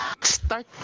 start